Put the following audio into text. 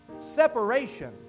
separation